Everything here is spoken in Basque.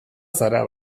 zara